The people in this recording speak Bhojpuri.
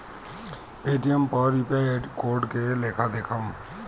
पेटीएम पर यू.पी.आई कोड के लेखा देखम?